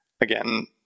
Again